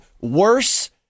worse